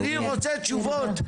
אני רוצה תשובות.